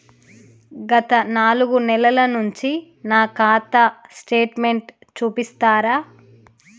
గత నాలుగు నెలల నుంచి నా ఖాతా స్టేట్మెంట్ చూపిస్తరా?